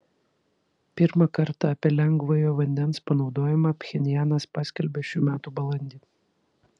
pirmą kartą apie lengvojo vandens panaudojimą pchenjanas paskelbė šių metų balandį